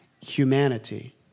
humanity